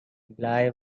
bly